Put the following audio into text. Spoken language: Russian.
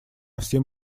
всем